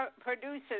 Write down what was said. producers